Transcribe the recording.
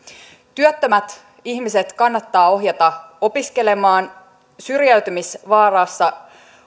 työttömät ihmiset kannattaa ohjata opiskelemaan syrjäytymisvaarassa